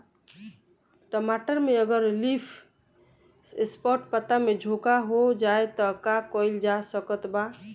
टमाटर में अगर लीफ स्पॉट पता में झोंका हो जाएँ त का कइल जा सकत बा?